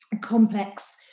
complex